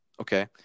okay